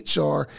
HR